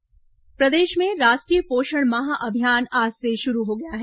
पोषण अभियान प्रदेश में राष्ट्रीय पोषण माह अभियान आज से शुरू हो गया है